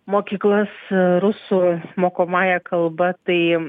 mokyklas rusų mokomąja kalba tai